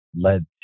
led